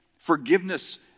forgiveness